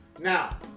Now